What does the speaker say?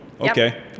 Okay